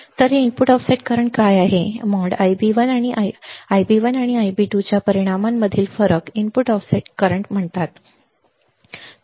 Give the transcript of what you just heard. तर हे input offset current काय आहे Ib1 आणि Ib2 च्या परिमाणांमधील फरक इनपुट ऑफसेट चालू म्हणतात तर बरोबर